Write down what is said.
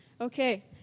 Okay